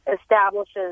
establishes